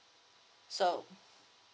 so